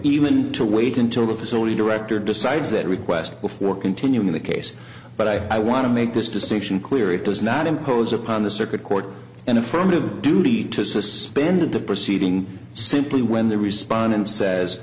even to wait until the facility director decides that request before continuing the case but i want to make this distinction clear it does not impose upon the circuit court an affirmative duty to suspended the proceeding simply when the respondent says